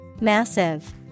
Massive